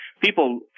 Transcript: people